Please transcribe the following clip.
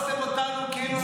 הרסתם אותנו כאילו,